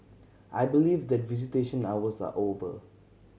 I believe that visitation hours are over